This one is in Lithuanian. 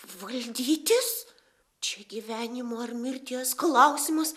valdytis čia gyvenimo ar mirties klausimas